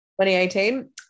2018